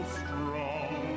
strong